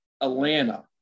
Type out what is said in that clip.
Atlanta